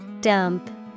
Dump